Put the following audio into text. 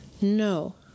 No